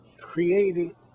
creating